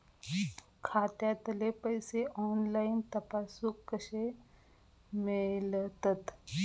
खात्यातले पैसे ऑनलाइन तपासुक कशे मेलतत?